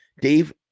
Dave